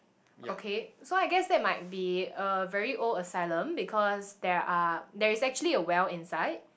okay so I guess that might be a very old asylum because there are there is actually a well inside